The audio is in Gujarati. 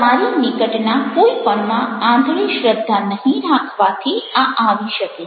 તમારી નિકટના કોઈ પણમાં આંધળી શ્રદ્ધા નહીં રાખવાથી આ આવી શકે છે